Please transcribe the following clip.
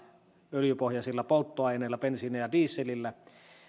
öljypohjaisilla polttoaineilla bensiinillä ja dieselillä